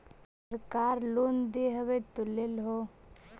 सरकार लोन दे हबै तो ले हो?